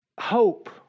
hope